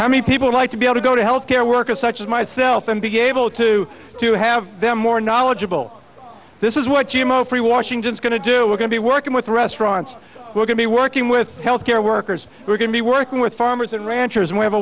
how many people like to be able to go to health care workers such as myself and be able to to have them more knowledgeable this is what you mostly washington's going to do we're going to be working with restaurants we're going to be working with health care workers we're going to be working with farmers and ranchers and we have a